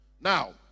Now